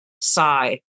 sigh